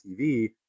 TV